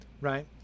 right